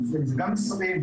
זה גם משרדים,